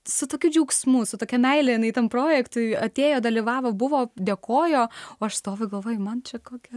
su tokiu džiaugsmu su tokia meile jinai tam projektui atėjo dalyvavo buvo dėkojo o aš stoviu galvoju man čia kokia